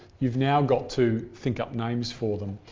you've now got to think up names for them.